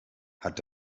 hat